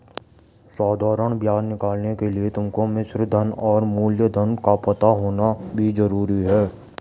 साधारण ब्याज निकालने के लिए तुमको मिश्रधन और मूलधन का पता होना भी जरूरी है